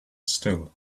still